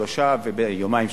שלושה ימים,